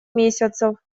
месяцев